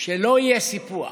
שלא יהיה סיפוח.